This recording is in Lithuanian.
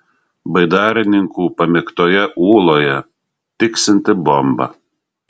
baidarininkų pamėgtoje ūloje tiksinti bomba